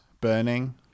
burning